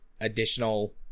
additional